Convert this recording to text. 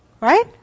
Right